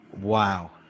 Wow